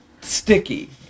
sticky